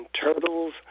turtles